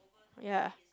ya